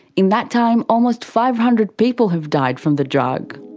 in that time, almost five hundred people have died from the drug.